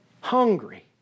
Hungry